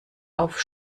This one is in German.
auf